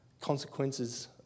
consequences